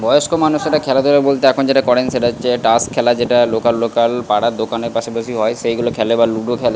বয়স্ক মানুষরা খেলাধূলা বলতে এখন যেটা করেন সেটা হচ্ছে তাস খেলা যেটা লোকাল লোকাল পাড়ার দোকানের পাশে বসেই হয় সেইগুলো খেলে বা লুডো খেলে